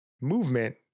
movement